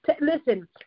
Listen